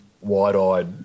wide-eyed